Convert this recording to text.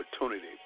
opportunity